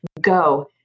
Go